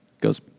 goes